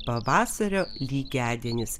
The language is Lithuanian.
pavasario lygiadienis